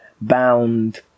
bound